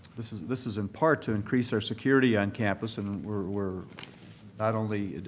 this is this is in part to increase our security on campus and we're not only